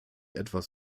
etwas